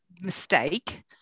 mistake